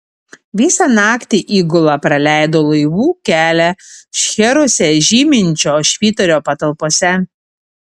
visą naktį įgula praleido laivų kelią šcheruose žyminčio švyturio patalpose